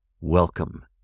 Welcome